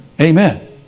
Amen